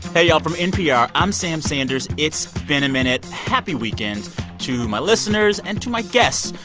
hey, y'all. from npr, i'm sam sanders. it's been a minute. happy weekend to my listeners and to my guests,